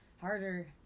harder